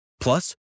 plus